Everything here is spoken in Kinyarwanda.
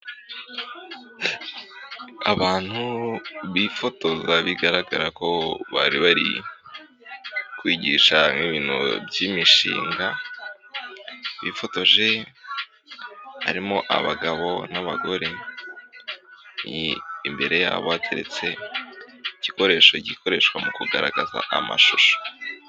Abantu bifotoza bigaragara ko bari bari kwigisha ibintu by'imishinga, abifotoje harimo abagabo n'abagore, imbere yabo hateretse igikoresho gikoreshwa mu kugaragaza amashusho.